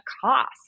cost